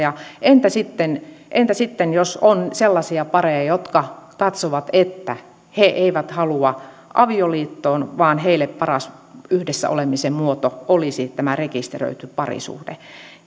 entä sitten entä sitten jos on sellaisia pareja jotka katsovat että he eivät halua avioliittoon vaan heille paras yhdessä olemisen muoto olisi tämä rekisteröity parisuhde